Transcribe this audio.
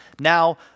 Now